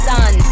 Sun